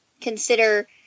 consider